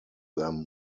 them